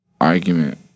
argument